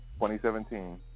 2017